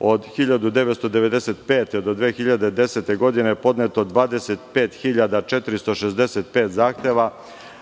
od 1995. do 2010. godine podneto 25.465 zahteva,